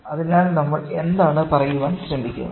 അതിനാൽ നമ്മൾ എന്താണ് പറയാൻ ശ്രമിക്കുന്നത്